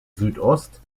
südost